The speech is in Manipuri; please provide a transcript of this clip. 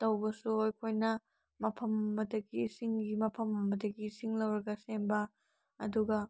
ꯇꯧꯕꯁꯨ ꯑꯩꯈꯣꯏꯅ ꯃꯐꯝ ꯑꯃꯗꯒꯤ ꯏꯁꯤꯡꯒꯤ ꯃꯐꯝ ꯑꯃꯗꯒꯤ ꯏꯁꯤꯡ ꯂꯧꯔꯒ ꯁꯦꯝꯕ ꯑꯗꯨꯒ